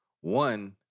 One